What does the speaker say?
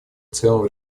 целом